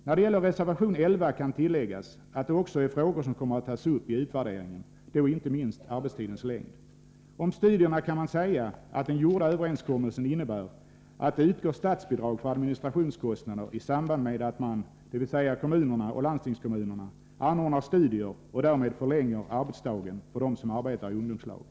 När det gäller reservation 11 kan tilläggas att det också är frågor som kommer att tas upp i utvärderingen, då inte minst arbetstidens längd. Om studierna kan man säga, att den gjorda överenskommelsen innebär att det utgår statsbidrag för administrationskostnader i samband med att man — dvs. kommunerna och landstingskommunerna — anordnar studier och därmed förlänger arbetsdagen för dem som arbetar i ungdomslag.